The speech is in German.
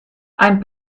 ein